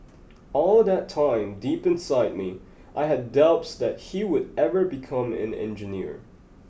all that time deep inside me I had doubts that he would ever become an engineer